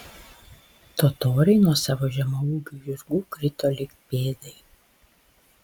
totoriai nuo savo žemaūgių žirgų krito lyg pėdai